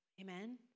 Amen